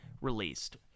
released